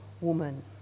woman